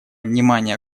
внимания